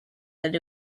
that